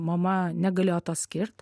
mama negalėjo to skirt